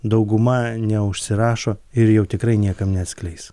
dauguma neužsirašo ir jau tikrai niekam neatskleis